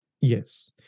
yes